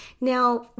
Now